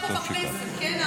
הוא יושב פה בכנסת, כן?